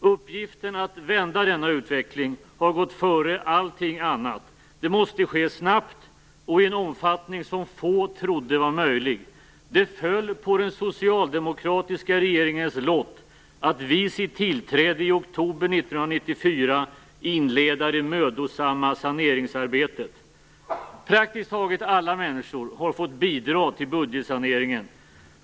Uppgiften att vända denna utveckling har gått före allting annat. Det måste ske snabbt, och i en omfattning som få trodde var möjlig. Det föll på den socialdemokratiska regeringens lott att vid sitt tillträde i oktober 1994 inleda det mödosamma saneringsarbetet. Praktiskt taget alla människor har fått bidra till budgetsaneringen.